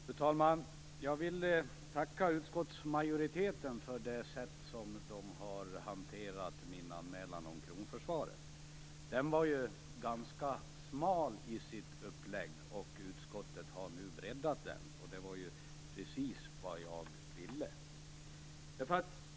Fru talman! Jag vill tacka utskottsmajoriteten med tanke på det sätt på vilket man har hanterat min anmälan om kronförsvaret. Anmälan var ganska smal sett till upplägget. Utskottet har nu breddat den, och det var precis vad jag ville skulle ske.